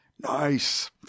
Nice